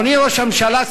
אדוני ראש הממשלה,